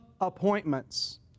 appointments